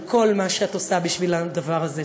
על כל מה שאת עושה בשביל הדבר הזה.